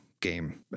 game